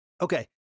Okay